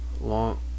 long